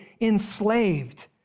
enslaved